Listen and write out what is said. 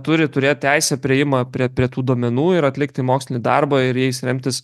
turi turėt teisę priėjimą prie prie tų duomenų ir atlikti mokslinį darbą ir jais remtis